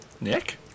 Nick